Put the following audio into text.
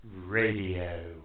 Radio